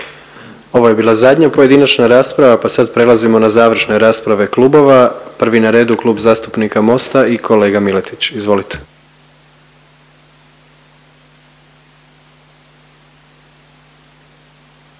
Ovo je bila zadnja pojedinačna rasprava, pa sad prelazimo na završne rasprave klubova, prvi na redu Klub zastupnika Mosta i kolega Miletić, izvolite.